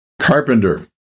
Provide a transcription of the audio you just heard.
carpenter